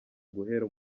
guhera